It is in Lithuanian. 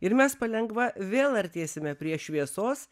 ir mes palengva vėl artėsime prie šviesos